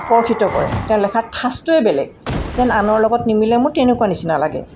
আকৰ্ষিত কৰে তেওঁ লেখাৰ ঠাঁচটোৱে বেলেগ যেন আনৰ লগত নিমিলে মোৰ তেনেকুৱা নিচিনা লাগে